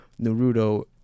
Naruto